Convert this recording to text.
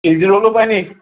three G ৰ'ল' পাই নি